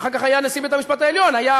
שאחר כך היה נשיא בית-המשפט העליון, היה